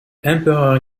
emperor